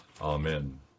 Amen